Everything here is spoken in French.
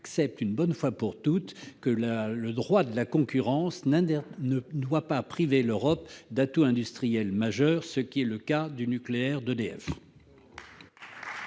accepte une bonne fois pour toutes que le droit de la concurrence ne doit pas priver l'Europe d'atouts industriels majeurs, à l'instar du nucléaire d'EDF.